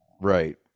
Right